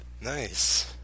Nice